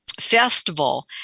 festival